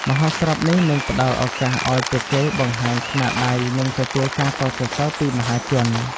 មហោស្រពនេះនឹងផ្តល់ឱកាសឲ្យពួកគេបង្ហាញស្នាដៃនិងទទួលការកោតសរសើរពីមហាជន។